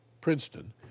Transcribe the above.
Princeton